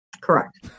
Correct